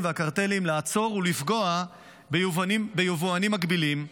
והקרטלים לעצור ולפגוע ביבואנים מקבילים.